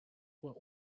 were